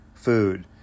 Food